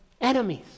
enemies